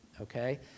okay